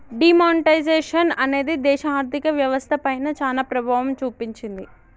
D monetisation అనేది దేశ ఆర్ధిక వ్యవస్థ పైన చానా ప్రభావం చూపించింది